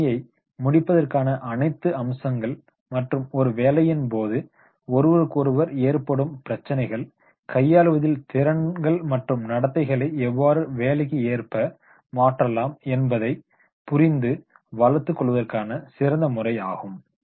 ஒரு பணியை முடிப்பதற்கான அனைத்து அம்சங்கள் மற்றும் ஒரு பணியின் போது ஒருவருக்கொருவர் ஏற்படும் பிரச்சனைகளை கையாளுவதில் திறன்கள் மற்றும் நடத்தைகளை எவ்வாறு பணிக்கு ஏற்ப மாற்றலாம் என்பதை புரிந்து வளர்த்து கொள்வதற்கான சிறந்த முறையாகும்